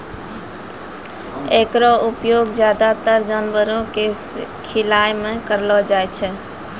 एकरो उपयोग ज्यादातर जानवरो क खिलाय म करलो जाय छै